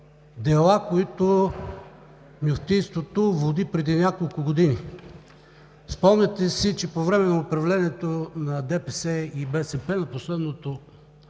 дела, които Мюфтийството води преди няколко години. Спомняте си, че по време на управлението на ДПС и БСП, последното